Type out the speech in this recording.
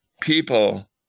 people